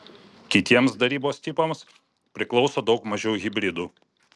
kitiems darybos tipams priklauso daug mažiau hibridų